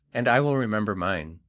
and i will remember mine,